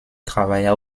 travailla